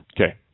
Okay